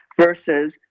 versus